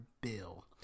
bill